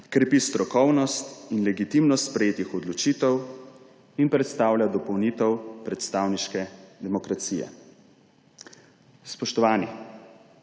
krepi strokovnost in legitimnost sprejetih odločitev in predstavlja dopolnitev predstavniške demokracije«. Spoštovani,